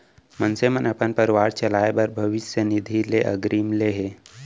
मनसे मन अपन परवार चलाए बर भविस्य निधि ले अगरिम ले हे